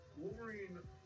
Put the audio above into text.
Wolverine